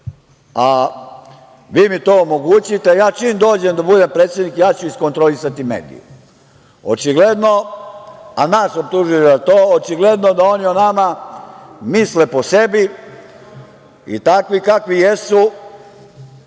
a vi mi to omogućite, čim dođem da budem predsednik ja ću iskontrolisati medije. Očigledno, a nas optužuju za to, da oni o nama misle po sebi i takvi kakvi jesu